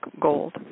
gold